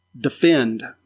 defend